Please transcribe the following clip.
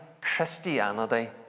Christianity